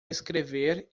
escrever